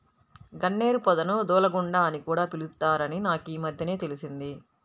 గన్నేరు పొదను దూలగుండా అని కూడా పిలుత్తారని నాకీమద్దెనే తెలిసింది